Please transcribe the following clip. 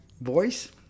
voice